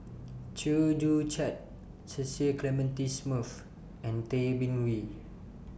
Chew Joo Chiat Cecil Clementi Smith and Tay Bin Wee